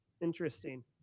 Interesting